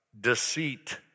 deceit